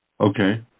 Okay